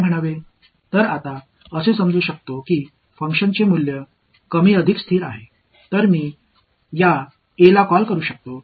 எனவே நான் இதை A என்று அழைக்கலாம் இதில் A இன் எந்த கூறு வரப்போகிறது